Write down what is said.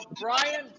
Brian